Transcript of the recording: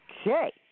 Okay